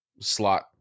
Slot